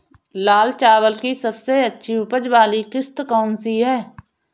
लाल चावल की सबसे अच्छी उपज वाली किश्त कौन सी है?